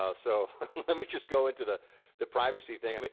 ah so let me go into the the privacy thing. i mean